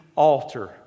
altar